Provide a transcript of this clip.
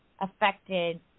affected